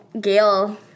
Gail